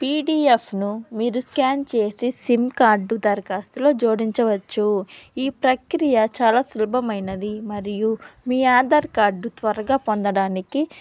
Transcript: P డీ ఎఫ్ను మీరు స్కాన్ చేసి సిమ్ కార్డు దరఖాస్తులో జోడించవచ్చు ఈ ప్రక్రియ చాలా సులభమైనది మరియు మీ ఆధార్ కార్డు త్వరగా పొందడానికి